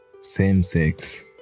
same-sex